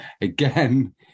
again